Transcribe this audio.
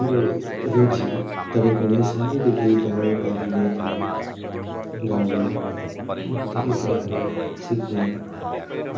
मेरो रुचि तरै पनि सानैदेखि गाउँबारे नै थियो गाउँमा धेरै कुराहरू सिक्ने